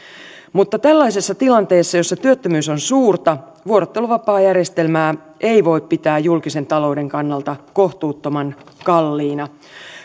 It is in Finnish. mutta tällaisessa tilanteessa jossa työttömyys on suurta vuorotteluvapaajärjestelmää ei voi pitää julkisen talouden kannalta kohtuuttoman kalliina